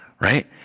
right